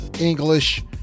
English